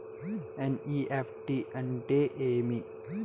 NEFT అంటే ఏమి